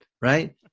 Right